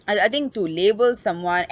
I I think to label someone uh